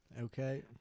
Okay